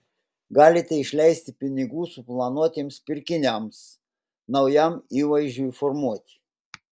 galite išleisti pinigų suplanuotiems pirkiniams naujam įvaizdžiui formuoti